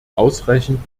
ausreichend